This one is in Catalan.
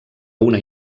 una